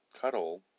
cuddle